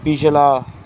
ਪਿਛਲਾ